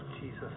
Jesus